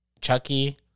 chucky